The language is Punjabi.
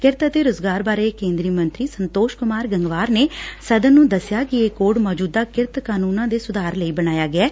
ਕਿਰਤ ਅਤੇ ਰੁਜ਼ਗਾਰ ਬਾਰੇ ਕੇਂਦਰੀ ਮੰਤਰੀ ਸੰਤੋਸ਼ ਕੁਮਾਰ ਗੰਗਵਾਰ ਨੇ ਸਦਨ ਨੂੰ ਦਸਿਆ ਕਿ ਇਹ ਕੋਡ ਮੌਜੂਦਾ ਕਿਰਤ ਕਾਨੂੰਨਾਂ ਦੇ ਸੁਧਾਰ ਲਈ ਬਣਾਇਆ ਗਿਐ